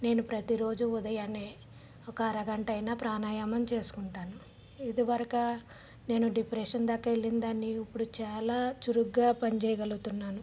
నేను ప్రతిరోజు ఉదయాన్నే ఒక అరగంట అయినా ప్రాణాయామం చేసుకుంటాను ఇది వరకు నేను డిప్రెషన్ దాకా వెళ్ళిన దాన్ని ఇప్పుడు చాలా చురుకుగా పని చేయగలుగుతున్నాను